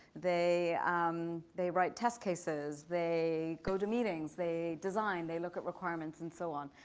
they um they write test cases. they go to meetings, they design, they look at requirements and so on.